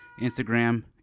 Instagram